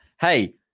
Hey